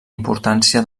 importància